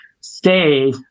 Stay